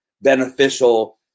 beneficial